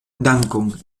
dankon